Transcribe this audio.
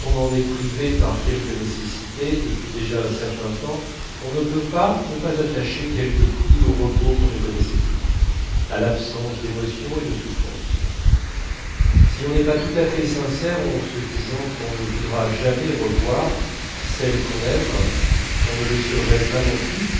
on en est privé par quelque nécessité depuis déjà un certain temps on ne peut pas ne pas attacher quelque prix au repos qu'on ne connaissait plus à l'absence d'émotions et de souffrances si l'on n'est pas tout à fait sincère en se disant qu'on ne voudra jamais revoir celle qu'on aime on ne le serait pas non plus